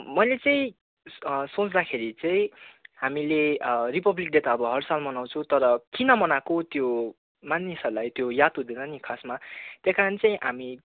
मैले चाहिँ सोच्दाखेरि चाहिँ हामीले रिपब्लिक डे त अब हर साल मनाउछौँ तर किन मनाएको त्यो मानिसहरूलाई त्यो याद हुँदैन नि खासमा त्यही कारण चाहिँ हामी